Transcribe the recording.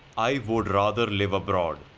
i would rather live abroad